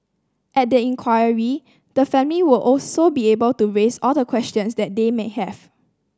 at the inquiry the family will also be able to raise all questions that they may have